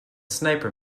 sniper